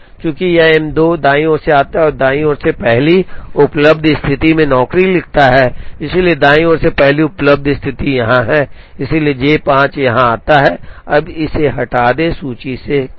चूँकि यह M 2 दाईं ओर से आता है और दाईं ओर से पहली उपलब्ध स्थिति में नौकरी लिखता है इसलिए दाईं ओर से पहली उपलब्ध स्थिति यहाँ है इसलिए J 5 यहाँ जाता है अब इसे हटा दें सूची से काम